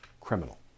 criminal